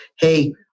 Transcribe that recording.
hey